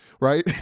right